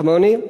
כמוני,